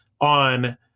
on